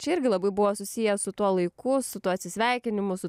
čia irgi labai buvo susiję su tuo laiku su tuo atsisveikinimu su